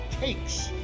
takes